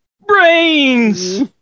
brains